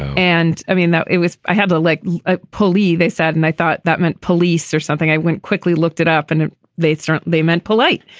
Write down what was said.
and i mean that it was. i have the like ah police, they said and i thought that meant police or something. i went quickly, looked it up, and ah they thought sort of they meant polite.